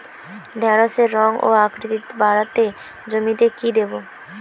ঢেঁড়সের রং ও আকৃতিতে বাড়াতে জমিতে কি দেবো?